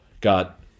Got